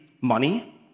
money